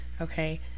okay